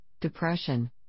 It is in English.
depression